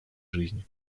жизни